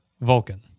Vulcan